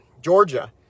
Georgia